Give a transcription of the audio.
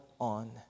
on